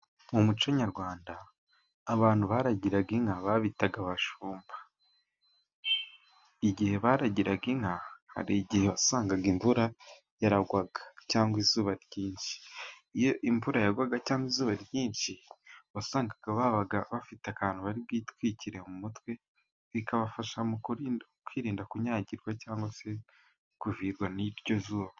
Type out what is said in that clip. Mu muco nyarwanda abantu baragiraga inka babitaga abashumba, igihe baragiraga inka hari igihe wasangaga imvura yaragwaga cyangwa izuba ryinshi, iyo imvura yagwaga cyangwa izuba ryinshi wasangaga babaga bafite akantu bari bwitwikire mu mutwe, bikabafasha mu kwirinda kunyagirwa cyangwa se kuvirwa n'iryo zuba.